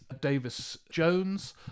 Davis-Jones